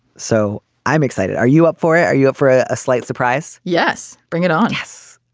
so i'm excited. are you up for it are you up for a slight surprise. yes. bring it on. yes.